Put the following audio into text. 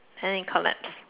and it collapsed